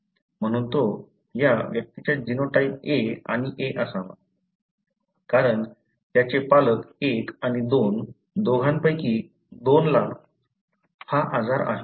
म्हणून तो या व्यक्तीचा जीनोटाइप A आणि a असावा कारण त्याचे पालक 1 आणि 2 दोघांपैकी 2 ला हा आजार आहे